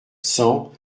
cent